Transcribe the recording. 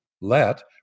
let